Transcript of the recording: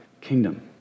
kingdom